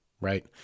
right